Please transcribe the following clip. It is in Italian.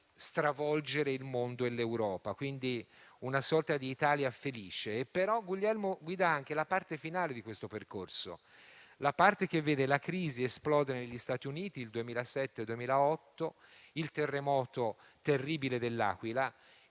di stravolgere il mondo e l'Europa, quindi una sorta di Italia felice. Guglielmo guida anche la parte finale di questo percorso, che vede la crisi esplodere negli Stati Uniti nel 2007-2008 e il terremoto terribile de L'Aquila.